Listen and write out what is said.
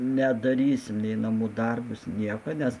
nedarysim nei namų darbus nieko nes